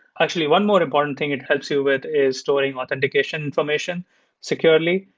actually, one more important thing it helps you with is storing authentication information securely.